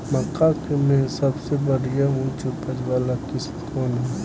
मक्का में सबसे बढ़िया उच्च उपज वाला किस्म कौन ह?